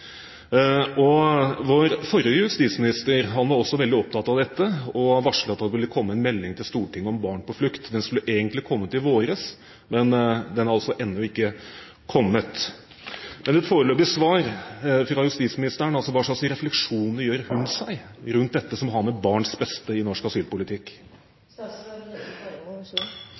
hensyn. Vår forrige justisminister var også veldig opptatt av dette og varslet at det ville komme en melding til Stortinget om barn på flukt. Den skulle egentlig kommet i våres, men den har ennå ikke kommet. Jeg ønsker et foreløpig svar fra justisministeren: Hva slags refleksjoner gjør hun seg rundt dette som har med barns beste å gjøre i norsk